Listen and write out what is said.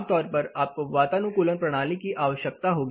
आमतौर पर आपको वातानुकूलन प्रणाली की आवश्यकता होगी